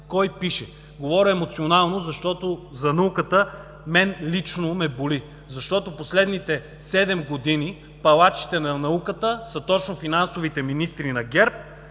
кой пише! Говоря емоционално, защото за науката мен лично ме боли. Защото, последните седем години палачите на науката са точно финансовите министри на ГЕРБ